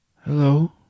Hello